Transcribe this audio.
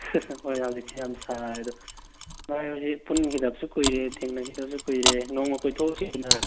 ꯍꯣꯏ ꯍꯧꯖꯤꯛꯁꯦ ꯌꯥꯝ ꯁꯥꯔꯦ ꯑꯗꯣ ꯚꯥꯏ ꯑꯩꯈꯣꯏꯁꯤ ꯄꯨꯟꯈꯤꯗꯕꯁꯨ ꯀꯨꯏꯔꯦ ꯊꯦꯡꯅꯈꯤꯗꯕꯁꯨ ꯀꯨꯏꯔꯦ ꯅꯣꯡꯃ ꯀꯣꯏꯊꯣꯛꯎꯁꯤꯗꯅ